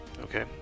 Okay